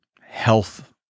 health